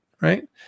right